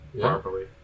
Properly